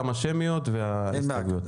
כמה שמניות וההסתייגויות.